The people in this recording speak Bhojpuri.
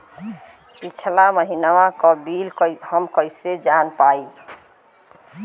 पिछला महिनवा क बिल हम कईसे जान पाइब?